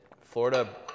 Florida